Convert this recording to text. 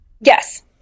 Yes